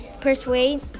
persuade